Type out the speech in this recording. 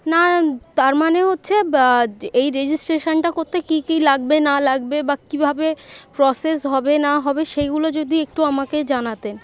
না তার মানে হচ্ছে বা এই রেজিস্ট্রেশনটা করতে কী কী লাগবে না লাগবে বা কীভাবে প্রসেস হবে না হবে সেইগুলো যদি একটু আমাকে জানাতেন